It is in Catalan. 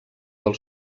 del